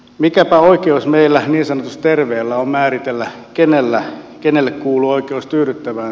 mikäpä oikeus meillä niin sanotusti terveillä on määritellä kenelle kuuluu oikeus tyydyttävään